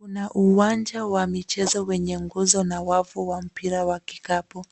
Kuna uwanja wa michezo wenye nguzo na wavu wa mpira wa kikapu.